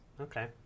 Okay